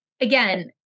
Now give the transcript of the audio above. Again